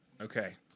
Okay